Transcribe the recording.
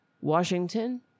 Washington